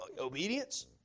obedience